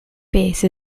base